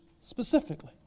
specifically